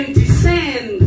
descend